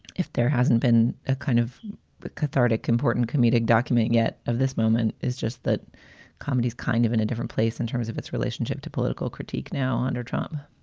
if there hasn't been a kind of cathartic, important comedic document yet of this moment is just that comedy is kind of in a different place in terms of its relationship to political critique now under trump